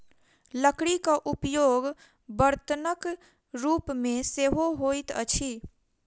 लकड़ीक उपयोग बर्तनक रूप मे सेहो होइत अछि